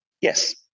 Yes